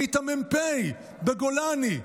היית מ"פ בגולני,